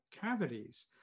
cavities